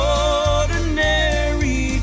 ordinary